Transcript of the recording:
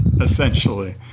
Essentially